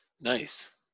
Nice